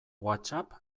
whatsapp